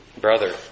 brother